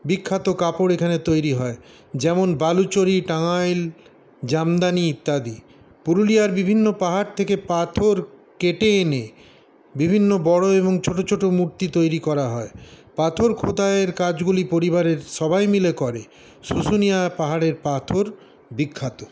বিখ্যাত কাপড় এখানে তৈরি হয় যেমন বালুচরি টাঙ্গাইল জামদানি ইত্যাদি পুরুলিয়ার বিভিন্ন পাহাড় থেকে পাথর কেটে এনে বিভিন্ন বড়ো এবং ছোট ছোট মূর্তি তৈরি করা হয় পাথর খোদাইয়ের কাজগুলি পরিবারের সবাই মিলে করে শুশুনিয়া পাহাড়ের পাথর বিখ্যাত